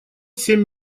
семь